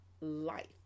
life